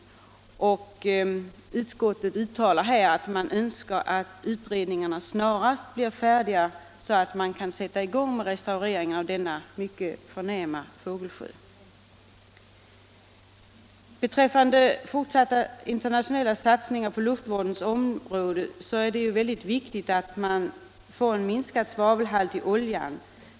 Utskottet uttalar här en önskan att utredningarna snarast blir färdiga så att man kan sätta i gång med restaureringen av denna mycket förnämliga fågelsjö. Beträffande fortsatta internationella satsningar på luftvårdens område är det väldigt viktigt att få en minskad svavelhalt i oljan.